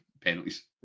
penalties